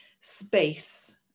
space